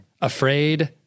afraid